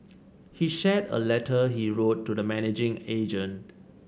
he shared a letter he wrote to the managing agent